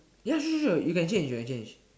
ya sure sure sure you can change you can change